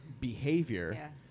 behavior